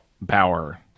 Bauer